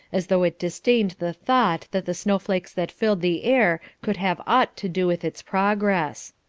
as though it disdained the thought that the snowflakes that filled the air could have aught to do with its progress.